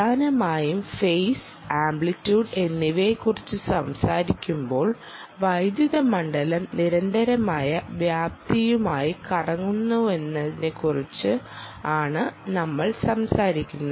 പ്രധാനമായും phase amplitude എന്നിവയെക്കുറിച്ച് സംസാരിക്കുമ്പോൾ വൈദ്യുത മണ്ഡലം നിരന്തരമായ വ്യാപ്തിയുമായി കറങ്ങുന്നതിനെക്കുറിച്ചാണ് നമ്മൾ സംസാരിക്കുന്നത്